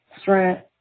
strength